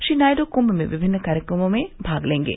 श्री नायडू कृम्म में विभिन्न कार्यक्रमों में भाग लेगें